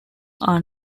are